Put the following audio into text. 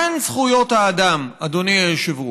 מהן זכויות האדם, אדוני היושב-ראש?